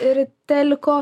ir teliko